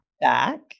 back